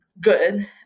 good